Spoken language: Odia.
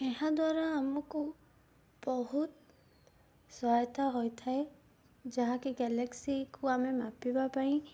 ଏହାଦ୍ୱାରା ଆମକୁ ବହୁତ ସହାୟତା ହୋଇଥାଏ ଯାହାକି ଗ୍ୟାଲେକ୍ସିକୁ ଆମେ ମାପିବା ପାଇଁ